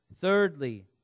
Thirdly